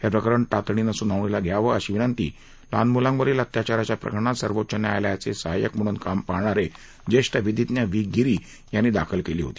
हे प्रकरण तातडीनं सुनावणीला घ्यावं अशी विनंती लहान मुलांवरील अत्याचाराच्या प्रकरणात सर्वोच्च न्यायालयाचे सहाय्यक म्हणून काम पाहणारे ज्येष्ठ विधिज्ञ व्ही गिरी यांनी दाखल केली होती